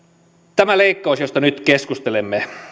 tämä leikkaus josta nyt keskustelemme